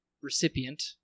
recipient